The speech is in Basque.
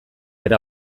era